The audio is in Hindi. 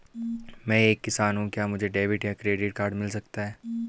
मैं एक किसान हूँ क्या मुझे डेबिट या क्रेडिट कार्ड मिल सकता है?